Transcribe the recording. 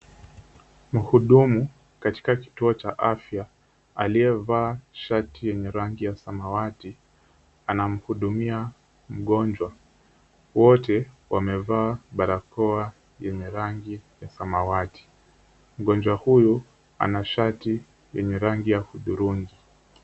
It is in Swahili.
Mhudumu katika kituo cha afya aliyevaa shati yenye rangi ya samawati, anamhudumia mgonjwa. Wote wamevaa barakoa yenye rangi ya samawati. Mgonjwa huyu ana shati yenye rangi ya hudhurungi.